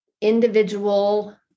individual